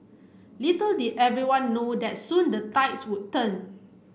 little did everyone know that soon the tides would turn